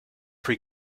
pre